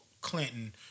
Clinton